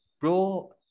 Bro